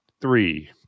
Three